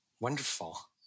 wonderful